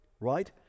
right